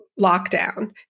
lockdown